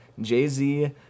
Jay-Z